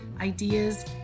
ideas